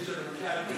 ההצעה